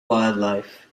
wildlife